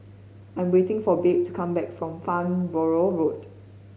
I am waiting for Babe to come back from Farnborough Road